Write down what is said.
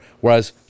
whereas